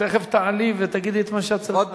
את תיכף תעלי ותגידי את מה שאת צריכה ואף אחד לא יפריע.